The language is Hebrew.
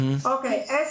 10,